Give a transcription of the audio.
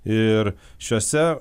ir šiuose